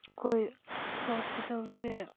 ꯑꯩꯈꯣꯏ ꯍꯣꯁꯄꯤꯇꯥꯜꯁꯦ